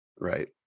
Right